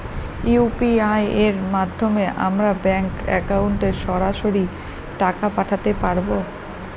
UPI এর মাধ্যমে আমরা ব্যাঙ্ক একাউন্টে সরাসরি টাকা পাঠাতে পারবো?